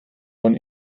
von